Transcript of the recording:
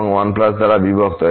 এবং 1 দ্বারা বিভক্ত